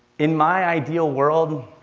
in my ideal world,